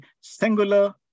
singular